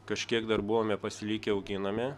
kažkiek dar buvome pasilikę auginame